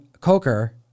Coker